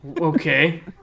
Okay